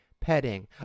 petting